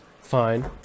fine